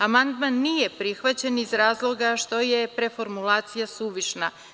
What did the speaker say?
Amandman nije prihvaćen iz razloga što je preformulacija suvišna.